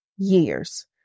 years